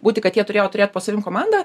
būti kad jie turėjo turėt po savimi komandą